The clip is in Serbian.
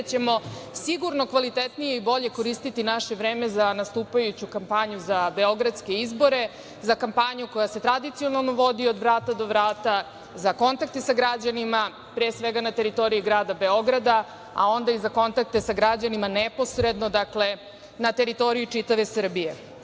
ćemo sigurno kvalitetnije i bolje koristiti naše vreme za nastupajuću kampanju za beogradske izbore, za kampanju koja se tradicionalno vodi od vrata do vrata, za kontakte sa građanima na teritoriji Grada Beograda, a onda i za kontakte sa građanima neposredno, dakle, na teritoriji čitave Srbije. Danas